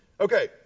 Okay